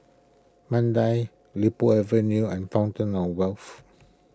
Mandai Li Po Avenue and Fountain of Wealth